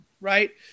right